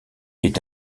est